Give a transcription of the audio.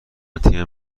تیم